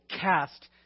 cast